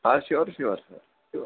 હા sure sure sure sure